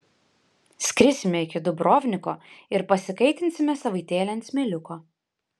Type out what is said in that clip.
skrisime iki dubrovniko ir pasikaitinsime savaitėlę ant smėliuko